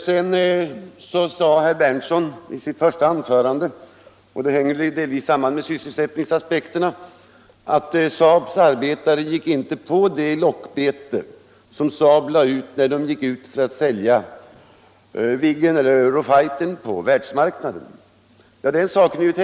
Herr Berndtson sade i sitt första anförande — och det hänger delvis samman med sysselsättningsaspekterna — att SAAB:s arbetare inte gick på det lockbete som SAAB lade ut när man försökte sälja Viggen, eller Eurofighter, på världsmarknaden.